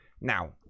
now